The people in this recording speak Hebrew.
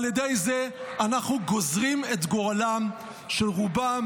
על ידי זה אנחנו גוזרים את גורלם של רובם